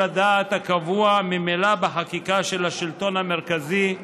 הדעת הקבוע ממילא בחקיקה של השלטון המרכזי,